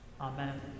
Amen